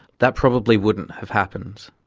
that probably wouldn't have happened.